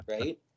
right